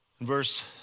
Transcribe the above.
Verse